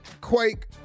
Quake